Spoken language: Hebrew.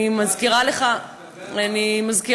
אני מזכירה לך, לא,